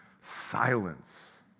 silence